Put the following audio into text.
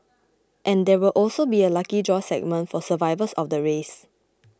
and there will also be a lucky draw segment for survivors of the race